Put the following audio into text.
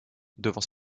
devant